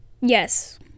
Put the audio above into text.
yes